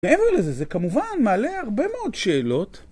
מעבר לזה, זה כמובן מעלה הרבה מאוד שאלות